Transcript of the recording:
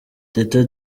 teta